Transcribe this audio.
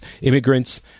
immigrants